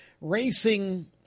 racing